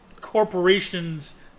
corporations